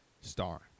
star